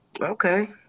Okay